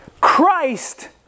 Christ